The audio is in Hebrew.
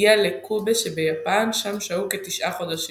הגיעו לקובה שביפן, שם שהו כתשעה חדשים.